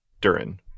Durin